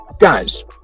guys